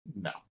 No